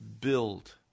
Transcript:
build